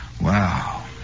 Wow